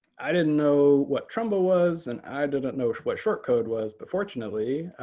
i didn't know what trumba was and i didn't know what short code was, but fortunately,